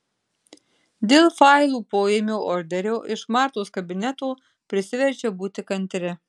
dėl failų poėmio orderio iš martos kabineto prisiverčiau būti kantri